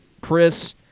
Chris